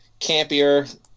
campier